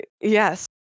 Yes